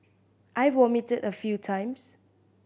I vomited a few times